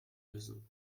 raison